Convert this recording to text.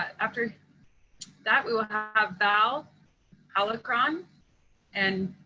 after that, we will have val halacron and